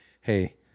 hey